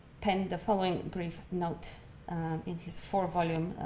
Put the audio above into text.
penned the following brief note in his four volume